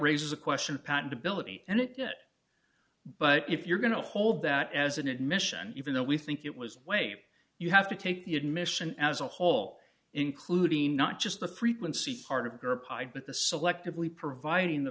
raises a question patentability and it but if you're going to hold that as an admission even though we think it was way you have to take the admission as a whole including not just the frequency part of your pie but the selectively providing the